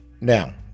Now